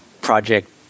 project